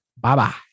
bye-bye